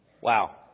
Wow